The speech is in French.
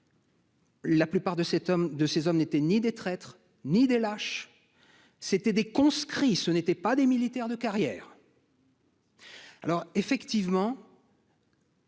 cet homme de ces hommes n'étaient ni des traîtres, ni des lâches. C'était des conscrits ce n'était pas des militaires de carrière. Alors effectivement.